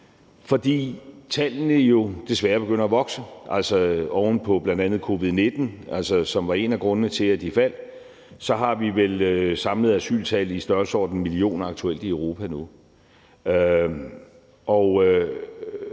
fordi tallene jo desværre begynder at vokse oven på bl.a. covid-19, som var en af grundene til, at de faldt. Så vi har vel aktuelt i Europa et samlet asyltal i en størrelsesorden af millioner. Og der går vi jo